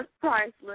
priceless